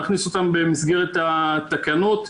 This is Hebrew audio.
להכניס אותם במסגרת התקנות,